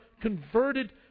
converted